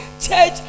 church